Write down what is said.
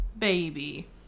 Baby